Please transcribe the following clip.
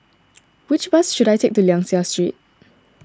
which bus should I take to Liang Seah Street